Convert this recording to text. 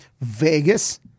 Vegas